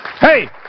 Hey